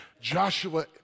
Joshua